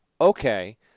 okay